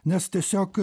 nes tiesiog